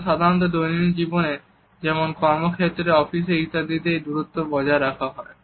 আমাদের সাধারন দৈনন্দিন জীবনে যেমন কর্মক্ষেত্রে অফিসে ইত্যাদিতে এই দূরত্ব বজায় রাখা হয়